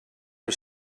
are